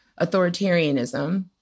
Authoritarianism